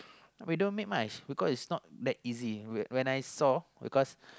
no we don't make much because it's not that easy whe~ when I saw because